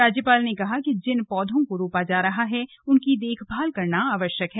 राज्यपाल ने कहा कि जिन पौधों को रोपा जा रहा है उनकी देखभाल करना आवश्यक है